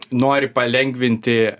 nori palengvinti